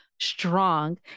strong